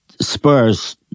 Spurs